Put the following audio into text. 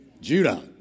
Judah